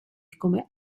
come